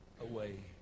away